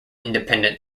independent